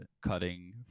cutting